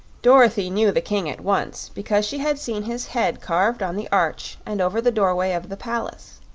dorothy knew the king at once, because she had seen his head carved on the arch and over the doorway of the palace.